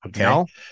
Okay